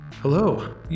Hello